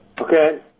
Okay